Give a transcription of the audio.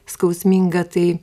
skausmingą tai